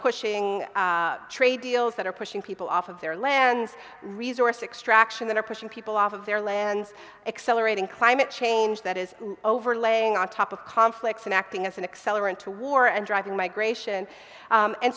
pushing trade deals that are pushing people off of their lands resource extraction that are pushing people off of their lands accelerating climate change that is overlaying on top of conflicts and acting as an accelerant to war and driving migration